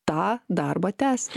tą darbą tęsti